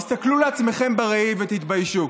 תסתכלו על עצמכם בראי ותתביישו.